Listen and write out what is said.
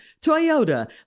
Toyota